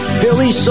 Philly